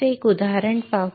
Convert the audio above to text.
तर एक उदाहरण पाहू